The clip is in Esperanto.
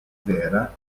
vera